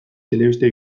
telebista